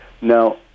Now